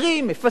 מפצים,